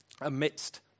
amidst